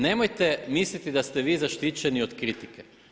Nemojte misliti da ste vi zaštićeni od kritike.